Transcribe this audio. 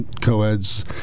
co-eds